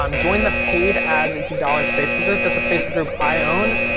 um join the paid ads into dollars facebook group. that's a facebook group i own.